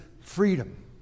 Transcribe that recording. freedom